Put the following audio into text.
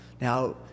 Now